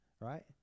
right